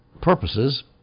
purposes